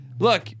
Look